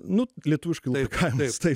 nu lietuviški lupikavimas taip